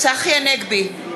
צחי הנגבי,